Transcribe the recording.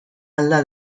alda